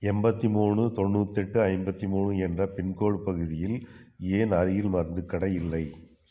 எண்பத்தி மூணு தொண்ணூத்தெட்டு ஐம்பத்தி மூணு என்ற பின்கோடு பகுதியில் ஏன் அருகில் மருந்துக் கடை இல்லை